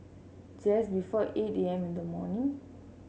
just before eight A M in the morning